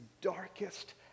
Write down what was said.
darkest